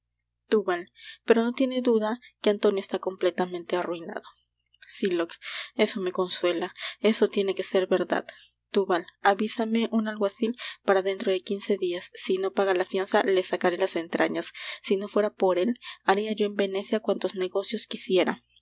túbal pero no tiene duda que antonio está completamente arruinado sylock eso me consuela eso tiene que ser verdad túbal avísame un alguacil para dentro de quince dias si no paga la fianza le sacaré las entrañas si no fuera por él haria yo en venecia cuantos negocios quisiera